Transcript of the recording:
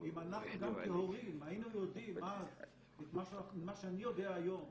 אם אנחנו גם כהורים היינו יודעים את מה שאני יודע היום,